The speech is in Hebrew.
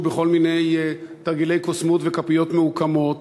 בכל מיני תרגילי קוסמות וכפיות מעוקמות.